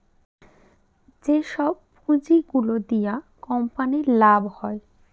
যেসব পুঁজি গুলো দিয়া কোম্পানির লাভ হয়